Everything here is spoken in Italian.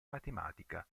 matematica